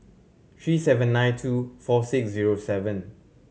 three seven nine two four six zero seven